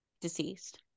deceased